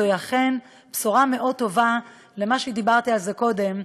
זוהי אכן בשורה מאוד טובה לגבי מה שדיברתי עליו קודם,